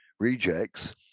rejects